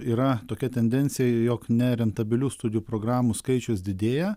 yra tokia tendencija jog nerentabilių studijų programų skaičius didėja